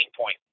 point